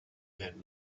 that